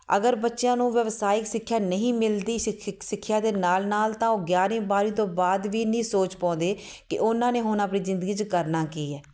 ਅਗਰ ਬੱਚਿਆਂ ਨੂੰ ਵਿਵਸਾਇਕ ਸਿੱਖਿਆ ਨਹੀਂ ਮਿਲਦੀ ਸਿੱਖਿਆ ਦੇ ਨਾਲ ਨਾਲ ਤਾਂ ਉਹ ਗਿਆਰਵੀਂ ਬਾਰਵੀਂ ਤੋਂ ਬਾਅਦ ਵੀ ਨਹੀਂ ਸੋਚ ਪਾਉਂਦੇ ਕਿ ਉਹਨਾਂ ਨੇ ਹੁਣ ਆਪਣੀ ਜ਼ਿੰਦਗੀ 'ਚ ਕਰਨਾ ਕੀ ਹੈ